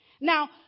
now